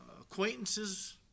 acquaintances